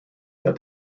that